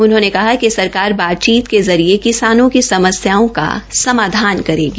उन्होंने कहा कि सरकार बातचीत के जरिये किसानों की समस्याओं का समाधान करेगी